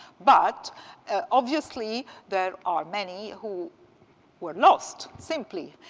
but obviously, there are many who were lost simply.